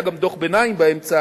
היה גם דוח ביניים באמצע,